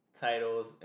titles